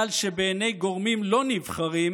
בגלל שבעיני גורמים לא נבחרים,